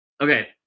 okay